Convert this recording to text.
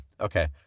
Okay